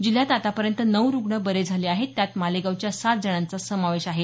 जिल्ह्यात आता पर्यंत नऊ रुग्ण बरे झाले आहेत त्यात मालेगावच्या सात जणांचा समावेश आहे